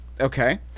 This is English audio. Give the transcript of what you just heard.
Okay